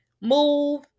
move